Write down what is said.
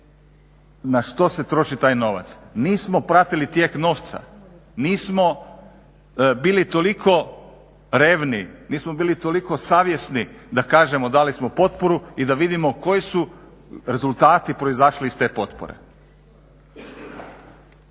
na što se troši taj novac, nismo pratili tijek novca, nismo bili toliko revni, nismo bili toliko savjesni da kažemo dali smo potporu i da vidimo koji su rezultati proizašli iz te potpore.